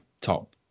top